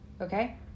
okay